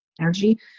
energy